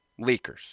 leakers